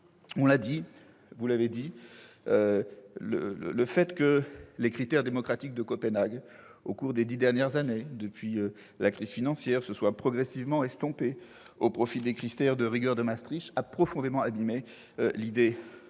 l'Union européenne. Le fait que les critères démocratiques de Copenhague, au cours des dix dernières années, depuis la crise financière, se soient progressivement estompés au profit des critères de rigueur de Maastricht a profondément abîmé l'idée européenne,